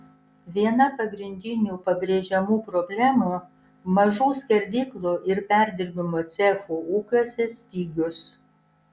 viena pagrindinių pabrėžiamų problemų mažų skerdyklų ir perdirbimo cechų ūkiuose stygius